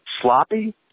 sloppy